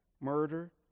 murder